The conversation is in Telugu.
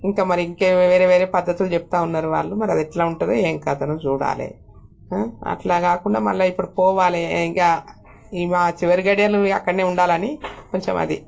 ఇంకా మరి ఇంకా వేరే వేరే పద్దతులు చెప్తూ ఉన్నారు వాళ్ళు మరి అది ఎట్లా ఉంటుందో ఏం కథనో చూడాలి అట్లా కాకుండా మళ్ళీ ఇప్పుడు పోవాలి ఇంకా ఈ మా చివరి ఘడియలు పోయి అక్కడనే ఉండాలని కొంచెం అది